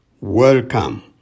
Welcome